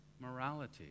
morality